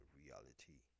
reality